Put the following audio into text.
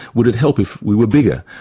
would it help if we were bigger,